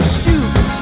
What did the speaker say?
shoots